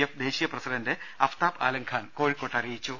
F ദേശീയ president Aftab Alam Khan കോഴിക്കോട്ട് പറഞ്ഞു